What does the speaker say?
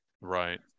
Right